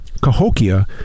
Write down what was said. Cahokia